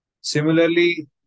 Similarly